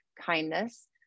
kindness